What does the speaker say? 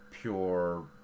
pure